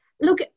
Look